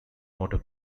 motor